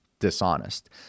Dishonest